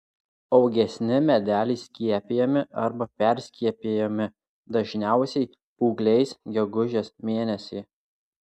augesni medeliai skiepijami arba perskiepijami dažniausiai ūgliais gegužės mėnesį